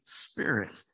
spirit